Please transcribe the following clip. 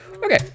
Okay